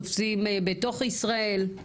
תופסים בתוך ישראל?